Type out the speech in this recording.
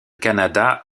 kannada